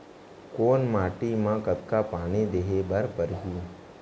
कोन माटी म कतका पानी देहे बर परहि?